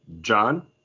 John